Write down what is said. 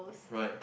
right